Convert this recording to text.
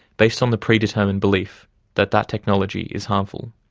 based on the pre-determined belief that that technology is harmful.